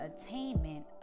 attainment